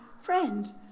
Friend